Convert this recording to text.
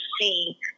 see